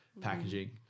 packaging